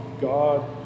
God